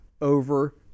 over